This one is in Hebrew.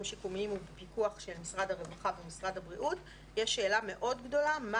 שיקומיים הוא בפיקוח של משרד הרווחה ומשרד הבריאות ויש שאלה מאוד גדולה מה